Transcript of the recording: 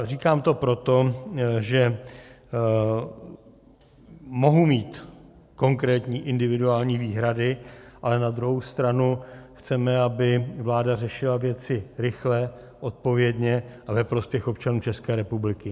Říkám to proto, že mohu mít konkrétní individuální výhrady, ale na druhou stranu chceme, aby vláda řešila věci rychle, odpovědně a ve prospěch občanů České republiky.